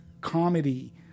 comedy